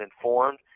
informed